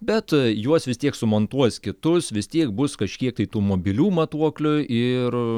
bet juos vis tiek sumontuos kitus vis tiek bus kažkiek tai tų mobilių matuoklių ir